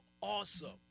awesome